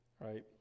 Right